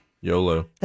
YOLO